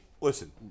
listen